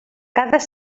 cada